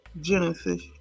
Genesis